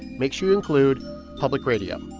make sure you include public radio.